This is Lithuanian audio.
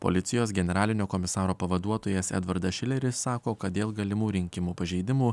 policijos generalinio komisaro pavaduotojas edvardas šileris sako kad dėl galimų rinkimų pažeidimų